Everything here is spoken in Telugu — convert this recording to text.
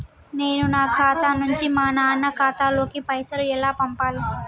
నేను నా ఖాతా నుంచి మా నాన్న ఖాతా లోకి పైసలు ఎలా పంపాలి?